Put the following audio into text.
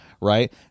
Right